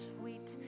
sweet